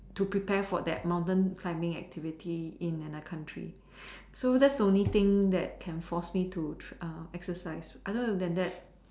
to prepare for that mountain climbing activity in another country so that's the only thing that can force me to tr~ err exercise other than that